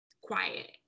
quiet